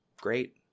Great